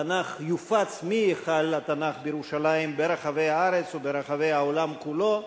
התנ"ך יופץ מהיכל התנ"ך בירושלים ברחבי הארץ וברחבי העולם כולו.